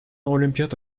olimpiyat